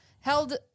held